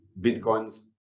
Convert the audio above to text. Bitcoin's